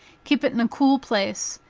keep it in a cool place,